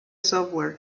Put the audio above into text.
software